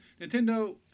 Nintendo